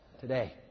today